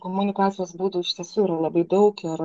komunikacijos būdų iš tiesų yra labai daug ir